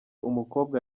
umukobwa